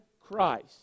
Christ